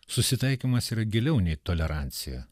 susitaikymas yra giliau nei tolerancija